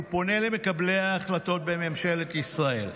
אני פונה למקבלי ההחלטות בממשלת ישראל.